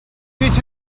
this